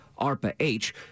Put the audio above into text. ARPA-H